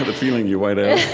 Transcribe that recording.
and feeling you might ask